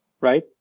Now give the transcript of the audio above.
right